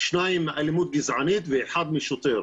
שניים מאלימות גזענית ואחד משוטר.